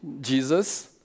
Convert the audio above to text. Jesus